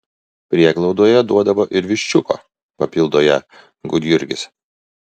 prieglaudoje duodavo ir viščiuko papildo ją gudjurgis